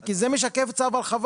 כי זה משקף את צו ההרחבה.